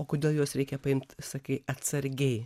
o kodėl juos reikia paimt sakai atsargiai